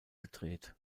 gedreht